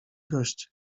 goście